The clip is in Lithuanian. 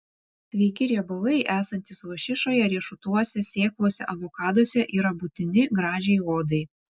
sveiki riebalai esantys lašišoje riešutuose sėklose avokaduose yra būtini gražiai odai